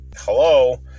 hello